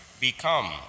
become